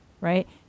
right